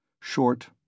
short